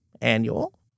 Annual